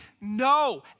No